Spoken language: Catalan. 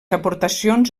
aportacions